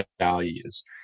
values